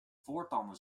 voortanden